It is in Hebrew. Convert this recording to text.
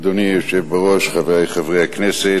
אדוני היושב בראש, חברי חברי הכנסת,